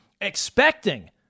expecting